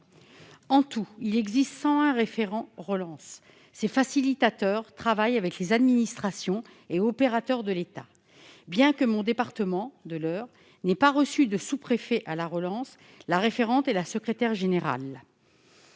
En tout, il existe 101 « référents relance ». Ces facilitateurs travaillent avec les administrations et les opérateurs de l'État. Bien que mon département de l'Eure n'ait pas reçu de sous-préfet à la relance, la référente étant la secrétaire générale,